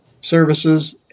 services